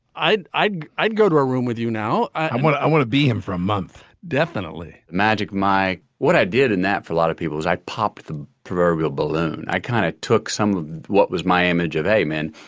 i'd i'd go to a room with you now. i want. i want to be him for a month definitely. magic. my what i did in that for a lot of people was i popped the proverbial balloon. i kind of took some of what was my image of a man.